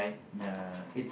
ya